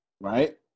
right